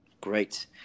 Great